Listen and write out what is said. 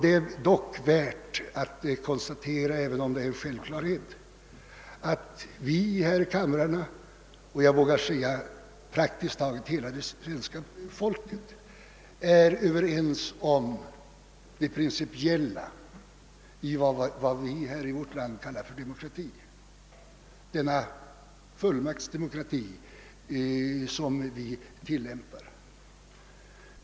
Det är värt att konstatera att vi här i kamrarna — jag vågar säga praktiskt taget hela det svenska folket — är överens om det principiella i den parlamentariska demokrati vi här i landet tillämpar.